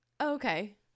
Okay